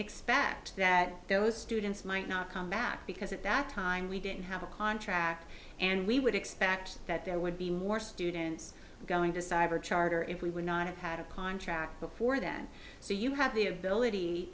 expect that those students might not come back because at that time we didn't have a contract and we would expect that there would be more students going to cyber charter if we would not have had a contract before then so you have the ability